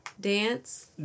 dance